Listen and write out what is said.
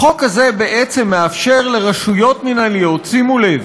החוק הזה בעצם מאפשר לרשויות מינהליות שימו לב,